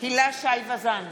הילה שי וזאן,